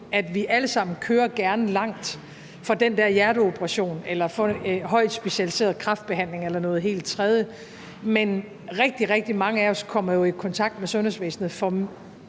at vi alle sammen gerne kører langt for den der hjerteoperation, for højt specialiseret kræftbehandling eller noget helt tredje, men at rigtig, rigtig mange af os jo kommer i kontakt med sundhedsvæsenet